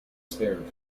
spared